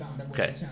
Okay